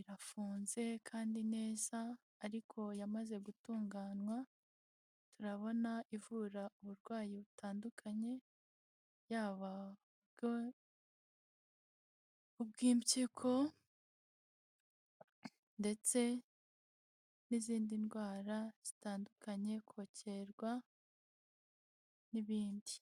irafunze kandi neza ariko yamaze gutunganywa, turabona ivura uburwayi butandukanye yaba ubw'impyiko ndetse n'izindi ndwara zitandukanye kokerwa n'ibindi.